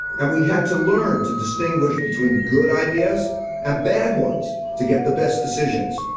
and we had to learn to distinguish between good ideas and bad ones to get the best decisions.